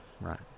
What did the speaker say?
Right